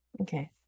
okay